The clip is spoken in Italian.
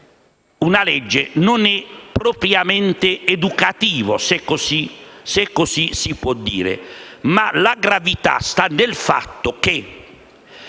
una legge non è propriamente educativo, se così si può dire. Ma la gravità sta nel fatto che